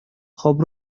خوب